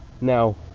now